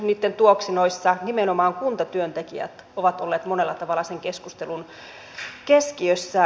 niitten tuoksinoissa nimenomaan kuntatyöntekijät ovat olleet monella tavalla sen keskustelun keskiössä